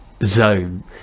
zone